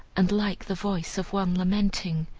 and like the voice of one lamenting.